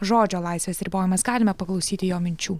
žodžio laisvės ribojimas galime paklausyti jo minčių